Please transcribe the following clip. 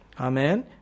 Amen